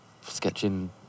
sketching